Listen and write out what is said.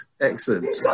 Excellent